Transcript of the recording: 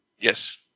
Yes